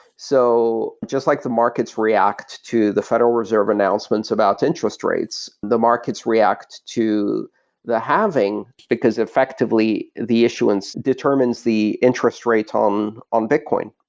so just like the markets react to the federal reserve announcements about interest rates, the markets react to the halving, because effectively the issuance determines the interest rates um on bitcoin.